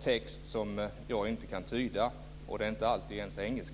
text som jag inte kan tyda. Det är inte alltid ens engelska.